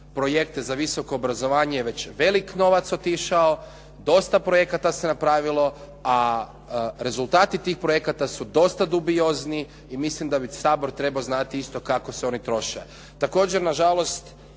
projekte za visoko obrazovanje je već velik novac otišao, dosta projekata se napravilo, a rezultati tih projekata su dosta dubiozni i mislim da bi već Sabor trebao znati isto kako se oni troše. Također nažalost